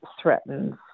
threatens